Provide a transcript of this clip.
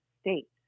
state